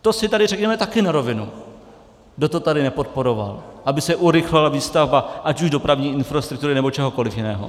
To si tady řekneme také na rovinu, kdo to tady nepodporoval, aby se urychlila výstavba ať už dopravní infrastruktury, nebo čehokoliv jiného.